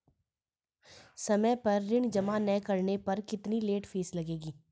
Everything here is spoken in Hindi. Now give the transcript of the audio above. समय पर ऋण जमा न करने पर कितनी लेट फीस लगेगी?